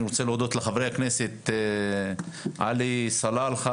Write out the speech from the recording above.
אני רוצה להודות לחברי הכנסת עלי סלאלחה,